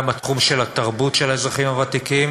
גם בתחום התרבות של האזרחים הוותיקים